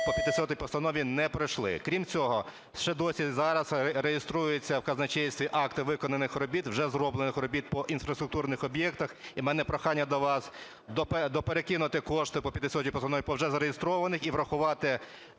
по 500 Постанові не пройшли. Крім цього, ще й досі зараз реєструються в казначействі акти виконаних робіт, вже зроблених робіт по інфраструктурних об'єктах. І у мене прохання до вас доперекинути кошти по 500 Постанові по вже зареєстрованих. І врахувати